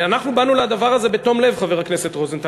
אנחנו באנו לדבר הזה בתום-לב, חבר הכנסת רוזנטל.